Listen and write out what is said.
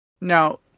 Now